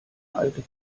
alte